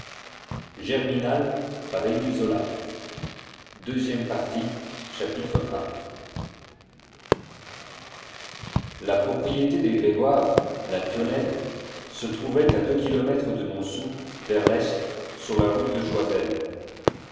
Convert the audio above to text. i la propriété des grégoire la piolaine se trouvait à deux kilomètres de montsou vers l'est sur la route de joiselle